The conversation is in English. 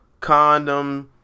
condoms